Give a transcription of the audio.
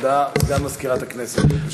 הודעה לסגן מזכירת הכנסת.